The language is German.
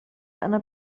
einer